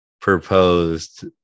proposed